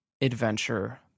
adventure